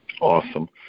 Awesome